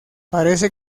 parece